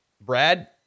Brad